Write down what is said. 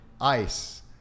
ice